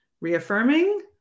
reaffirming